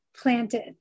planted